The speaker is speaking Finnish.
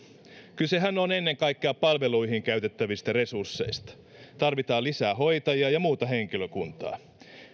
kysehän on ennen kaikkea palveluihin käytettävistä resursseista tarvitaan lisää hoitajia ja muuta henkilökuntaa